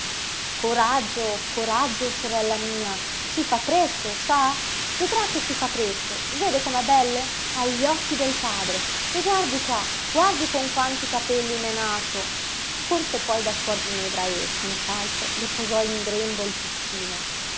coraggio coraggio sorella mia si fa presto sa vedrà che si fa presto vede com'è bello ha gli occhi del padre e guardi qua guardi con quanti capelli m'è nato corse poi da suor ginevra e senz'altro le posò in grembo il piccino